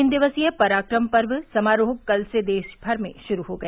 तीन दिवसीय पराक्रम पर्व समारोह कल से देशमर में शुरू हो गया